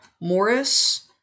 Morris